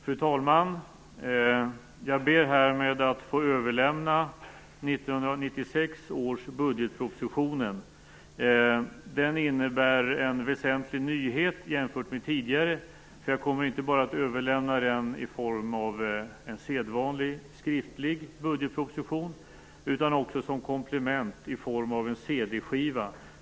Fru talman! Jag ber härmed att få överlämna budgetpropositionen för år 1997. Den innebär en väsentlig nyhet jämfört med tidigare. Jag kommer inte bara att överlämna den i form av en sedvanlig skriftlig budgetproposition utan också som komplement i form av en CD-skiva.